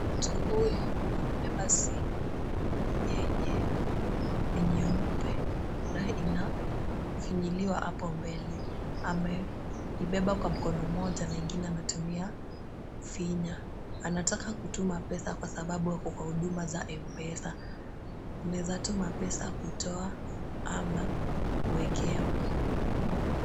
Mtu huyu amebeba simu yenye ni nyeupe na inafinyiliwa apo mbele. Ameibeba kwa mkono mmoja na ingine anatumia kufinya. Anataka kutuma pesa kwa sababu ako kwa huduma za M-Pesa. Unaeza tuma pesa, kutoa ama kuekewa.